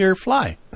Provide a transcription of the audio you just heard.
fly